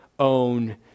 own